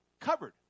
covered